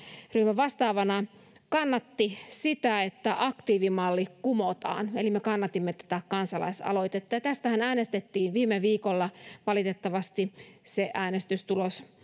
vastaavana kannatti sitä että aktiivimalli kumotaan eli me kannatimme tätä kansalaisaloitetta tästähän äänestettiin viime viikolla valitettavasti äänestystulos